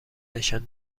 نشان